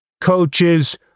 coaches